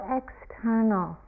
external